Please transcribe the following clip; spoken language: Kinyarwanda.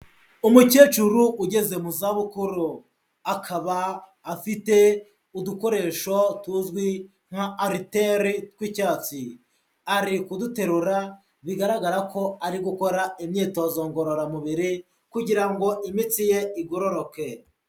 Umukecuru ugeze mu zabukuru, akaba afite udukoresho tuzwi nk'ariteri tw'icyatsi, ari kuduterura bigaragara ko ari gukora imyitozo ngororamubiri kugira ngo imitsi ye igororoke.